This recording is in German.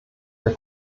der